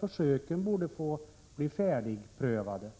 Försöken borde bli färdigprövade.